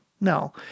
no